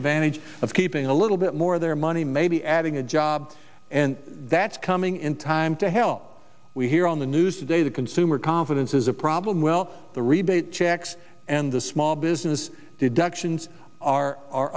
advantage of keeping a little bit more of their money maybe adding a job and that's coming in time to hell we hear on the news today that consumer confidence is a problem well the rebate checks and the small business deductions are a